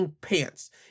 pants